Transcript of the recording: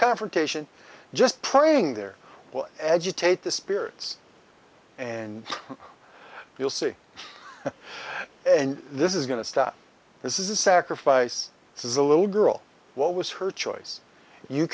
confrontation just praying there will agitate the spirits and you'll see and this is going to stop this is a sacrifice this is a little girl what was her choice you